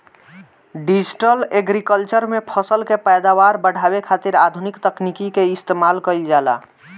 digital agriculture में फसल के पैदावार बढ़ावे खातिर आधुनिक तकनीकी के इस्तेमाल कईल जाला